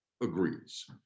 agrees